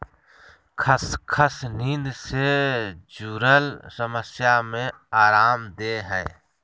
खसखस नींद से जुरल समस्या में अराम देय हइ